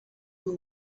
two